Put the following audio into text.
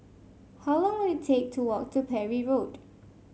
how long will it take to walk to Parry Road